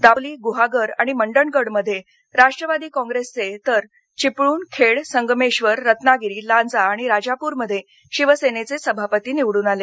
दापोली गृहागर गृहागर आणि मंडणगडमध्ये राष्ट्रवादी काँग्रेसचे तर चिपळण खेड संगमेश्वर रत्नागिरी लांजा आणि राजापूरमध्ये शिवर्सनेचे सभापती निवडून आले